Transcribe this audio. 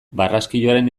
barraskiloaren